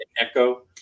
echo